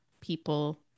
people